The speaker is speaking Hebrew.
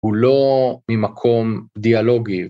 הוא לא ממקום דיאלוגי.